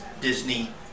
Disney